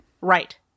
Right